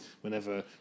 whenever